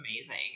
amazing